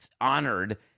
honored